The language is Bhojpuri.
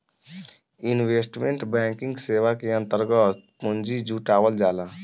इन्वेस्टमेंट बैंकिंग सेवा के अंतर्गत पूंजी जुटावल जाला